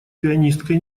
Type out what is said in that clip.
пианисткой